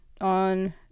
on